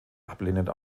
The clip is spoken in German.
ablehnend